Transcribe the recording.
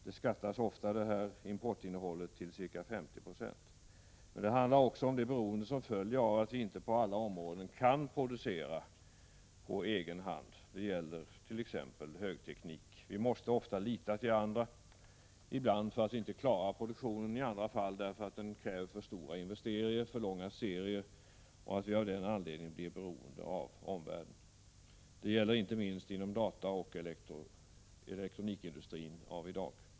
Detta importinnehåll skattas ofta till ca 50 26. Men det handlar också om det beroende som följer av att vi inte kan producera på egen hand på alla områden — det gäller t.ex. högteknik. Vi måste ofta lita till andra, ibland därför att vi inte klarar produktionen, i andra fall därför att den kräver för stora investeringar eller för långa serier så att vi av den anledningen blir beroende av omvärlden. Detta gäller inte minst inom dataoch elektronikindustrin av i dag.